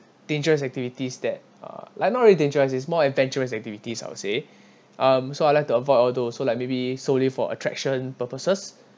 dangerous activities that uh like not really dangerous is more adventurous activities I would say um so I like to avoid all those so like maybe solely for attraction purposes